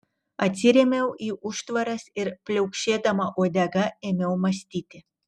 atsirėmiau į užtvaras ir pliaukšėdama uodega ėmiau mąstyti